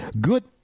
good